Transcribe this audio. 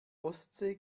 ostsee